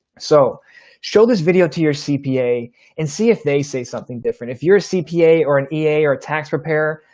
so show this video to your cpa and see if they say something different. if you're a cpa or an ea or a tax preparer,